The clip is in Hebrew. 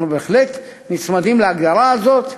אנחנו בהחלט נצמדים להגדרה הזאת.